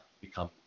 become